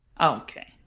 Okay